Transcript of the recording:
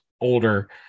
older